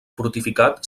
fortificat